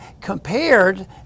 compared